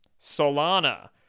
solana